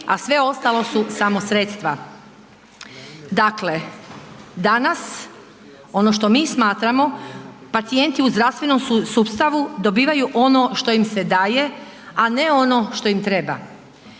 a sve ostalo su samo sredstva. Dakle, danas ono što mi smatramo, pacijenti u zdravstvenom sustavu dobivaju ono što im se daje a ne ono što im treba.